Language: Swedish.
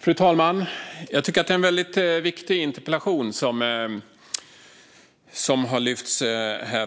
Fru talman! Jag tycker att det är en väldigt viktig interpellation som